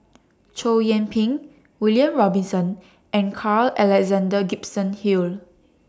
Chow Yian Ping William Robinson and Carl Alexander Gibson Hill